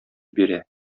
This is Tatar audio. бирә